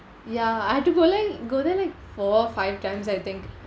ya I do go len~ go there like four or five times I think